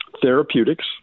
therapeutics